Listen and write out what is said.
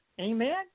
amen